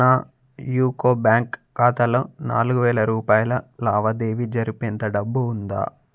నా UCO bank ఖాతాలో నాలుగు వేల రూపాయల లావాదేవీ జరిపేంత డబ్బు ఉందా